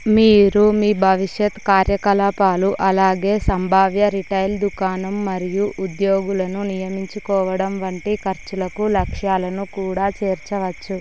మీరు మీ భవిష్యత్ కార్యకలాపాలు అలాగే సంభావ్య రిటైల్ దుకాణం మరియు ఉద్యోగులను నియమించుకోవడం వంటి ఖర్చులకు లక్ష్యాలను కూడా చేర్చవచ్చు